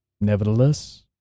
Nevertheless